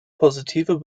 positive